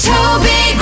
Toby